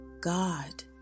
God